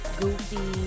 goofy